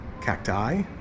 Cacti